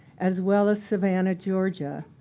as well as savannah, georgia,